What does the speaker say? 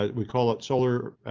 ah we call up solar,